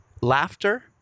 Laughter